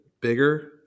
bigger